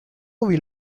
will